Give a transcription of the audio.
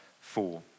four